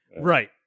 right